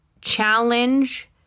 challenge